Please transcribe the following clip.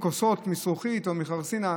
עם כוסות מזכוכית או מחרסינה?